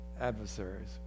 adversaries